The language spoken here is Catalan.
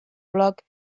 bloc